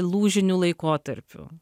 lūžiniu laikotarpiu